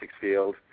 field